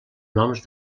noms